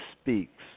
speaks